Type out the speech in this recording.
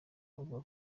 avuga